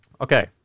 Okay